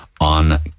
on